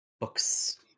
Books